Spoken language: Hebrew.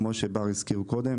כמו שבר הזכיר קודם